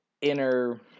inner